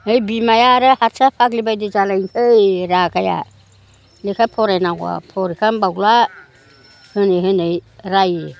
है बिमाया आरो हारसा फाग्लि बायदि जालायनोसै रागाया लेखा फरायनांगौआ फरिखायानो बावला होनै होनै रायो